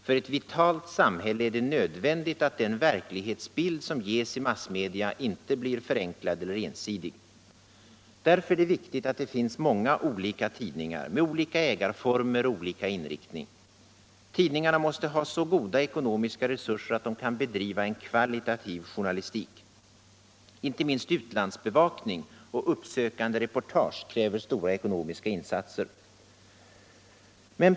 För ett vitalt samhälle är det nödvändigt att den verklighetsbild som ges i massmedia inte blir förenklad eller ensidig. Därför är det viktigt att det finns många olika tidningar, med olika ägarformer och olika inriktning. Tidningarna måste ha så goda ekonomiska resurser att de kan bedriva en kvalitativ journalistik. Inte minst utlandsbevakning och uppsökande reportage kräver stora ekonomiska insatser.